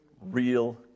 real